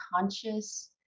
conscious